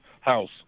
house